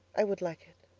i would like it.